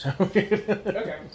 Okay